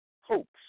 hopes